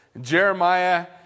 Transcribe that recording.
Jeremiah